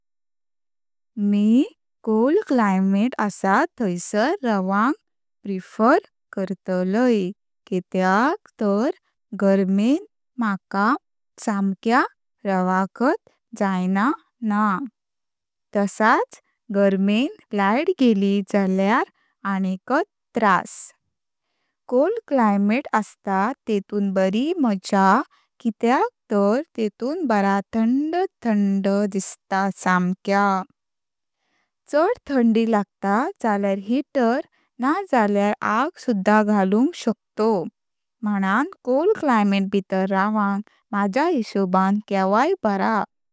मी cold climate असा थाइसार रावपाक प्रेफर करतालय, कित्याक तार गार्मेन माका सामक्या रवकात जाइना ना तसाच गार्मेन लाईट गेली जाल्यार आणिकात त्रास, आनी कोल्ड क्लायमेट आश्ता ते तुन बारी मझा कित्याक तार ते तुन बारा थंड थंड दिसता सामक्या। चाड थंडी लागत जाल्यार हीटर ना जाल्यार आग सुद्धा घालुंक शकतो म्हुनान कोल्ड क्लायमेट भितर रावंक माझ्या हिशोबान केवाय बारा।